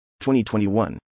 2021